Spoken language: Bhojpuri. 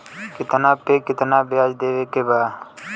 कितना पे कितना व्याज देवे के बा?